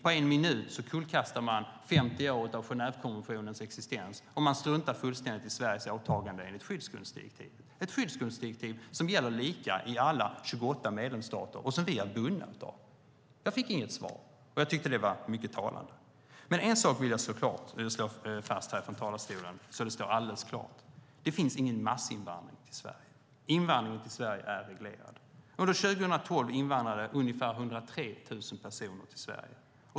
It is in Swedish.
På en minut kullkastar Sverigedemokraterna Genèvekonventionen efter 50 års existens. Man struntar också fullständigt i Sveriges åtaganden enligt skyddsgrundsdirektivet, ett direktiv som gäller lika i alla 28 medlemsstater och som vi är bundna av. Jag fick inget svar, och jag tyckte att det var mycket talande. En sak vill jag slå fast här från talarstolen, så att det står alldeles klart. Det sker ingen massinvandring till Sverige. Invandringen till Sverige är reglerad. Under 2012 invandrade ungefär 103 000 personer till Sverige.